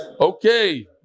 Okay